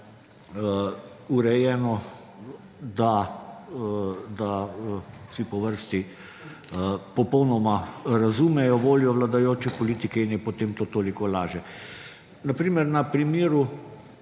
urejeno, da vsi po vrsti popolnoma razumejo voljo vladajoče politike in je potem to toliko lažje. Na primer,